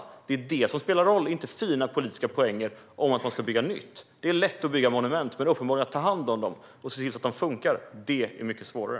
Men det är det som spelar roll, inte fina politiska poänger om att man ska bygga nytt. Det är lätt att bygga monument, men att ta hand om dem och se till att de funkar är uppenbarligen mycket svårare.